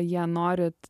jie norit